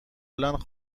بلند